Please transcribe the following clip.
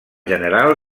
general